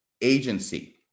agency